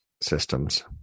Systems